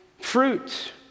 fruit